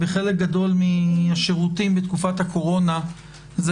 בחלק גדול מהשיורתים בתקופת הקורונה זה